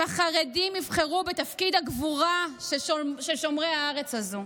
אם החרדים יבחרו בתפקיד הגבורה של שומרי הארץ הזו.